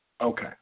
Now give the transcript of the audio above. Okay